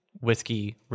whiskey